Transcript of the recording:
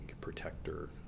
protector